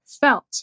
felt